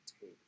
Take